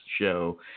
show